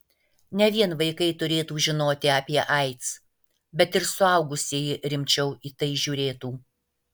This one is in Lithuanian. ne vien vaikai turėtų žinoti apie aids bet ir suaugusieji rimčiau į tai žiūrėtų